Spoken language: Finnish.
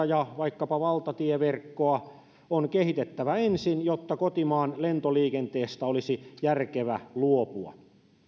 ja vaikkapa valtatieverkkoa on kehitettävä ensin jotta kotimaan lentoliikenteestä olisi järkevää luopua